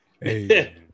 Hey